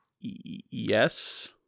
Yes